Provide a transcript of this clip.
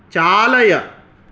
चालय